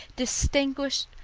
distinguished,